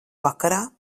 vakarā